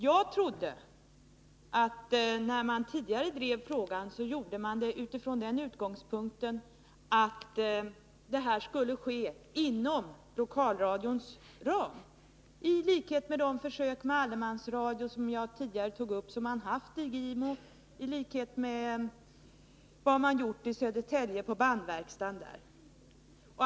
Jag trodde att när man tidigare drev frågan gjorde man det från den utgångspunkten, att det här skulle ske inom Närradio lokalradions ram, i likhet med de försök med allemansradio, som gjorts i Gimo och som jag tidigare tog upp, och de försök som gjorts på bandverkstaden i Södertälje.